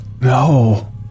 No